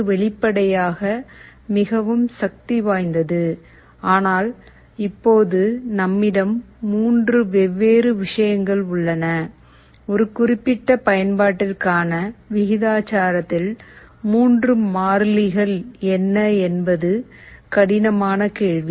இது வெளிப்படையாக மிகவும் சக்தி வாய்ந்தது ஆனால் இப்போது நம்மிடம் 3 வெவ்வேறு விஷயங்கள் உள்ளன ஒரு குறிப்பிட்ட பயன்பாட்டிற்கான விகிதாசாரத்தில் 3 மாறிலிகள் என்ன என்பது கடினமான கேள்வி